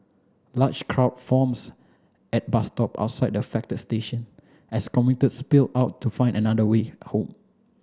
large crowd forms at bus stops outside the affected station as commuters spilled out to find another way home